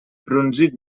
brunzit